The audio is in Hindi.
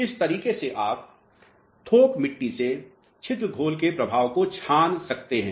तो इस तरीके से आप थोक मिट्टी से छिद्र घोल के प्रभाव को छान रहे हैं